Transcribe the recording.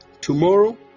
Tomorrow